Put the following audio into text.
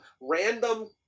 random